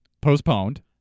Postponed